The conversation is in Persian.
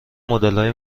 مدلهای